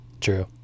True